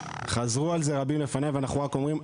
חזרו על זה רבים לפניי ואנחנו רק אומרים,